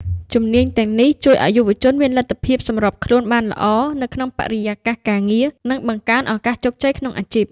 ជំនាញទាំងនេះជួយឱ្យយុវជនមានលទ្ធភាពសម្របខ្លួនបានល្អនៅក្នុងបរិយាកាសការងារ និងបង្កើនឱកាសជោគជ័យក្នុងអាជីព។